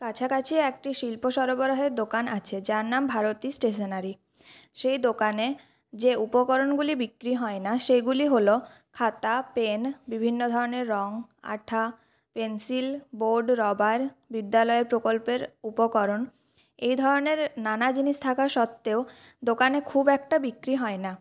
কাছাকাছি একটি শিল্প সরবরাহের দোকান আছে যার নাম ভারতী স্টেশনারি সেই দোকানে যে উপকরণগুলি বিক্রি হয় না সেইগুলি হল খাতা পেন বিভিন্ন ধরনের রং আঠা পেনসিল বোর্ড রবার বিদ্যালয় প্রকল্পের উপকরণ এই ধরনের নানা জিনিস থাকার সত্ত্বেও দোকানে খুব একটা বিক্রি হয় না